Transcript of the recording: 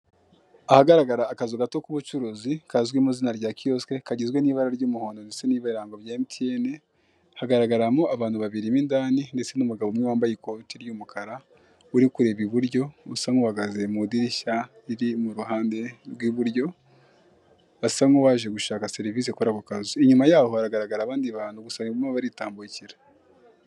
Ahagaragara akazu gato k'ubucuruzi kazwi mu izina rya kiyoske kagizwe n'ibara ry'umuhondo ndetse n'ibirango bya mtn hagaragaramo abantu babiri mo indani ndetse n'umugabo umwe wambaye ikote ry'umukara uri kureba iburyo usa nk'uhagaze mu idirishya riri mu ruhande rw'iburyo asa nuwaje gushaka serivise kuri ako kazu. Inyuma yaho haragaragara abandi bantu gusa barimo baritambukira .